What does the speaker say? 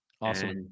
Awesome